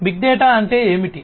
big data అంటే ఏమిటి